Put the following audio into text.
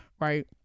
Right